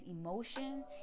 emotion